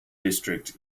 district